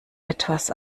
etwas